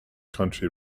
country